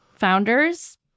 founders